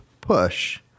push